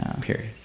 Period